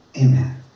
Amen